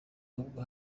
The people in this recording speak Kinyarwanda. ahubwo